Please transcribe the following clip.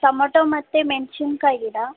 tomato ಮತ್ತು ಮೆಣಸಿನ್ಕಾಯ್ ಗಿಡ